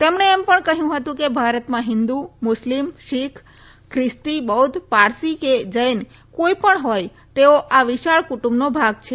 તેમણે એમ પણ કહ્યું હતું કે ભારતમાં હિન્દુ મુસ્લિમ શીખ ખ્રિસ્તી બૌદ્ધ પારસી કે જૈન કોઈ પણ હોય તેઓ આ વિશાળ કુટુંબનો ભાગ છે